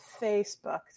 Facebook